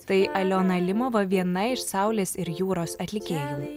tai aliona alymova buvo viena iš saulės ir jūros atlikėjų